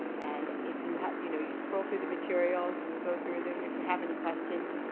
and if you have you know you scroll through the materials and go through them if you have any questions.